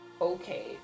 Okay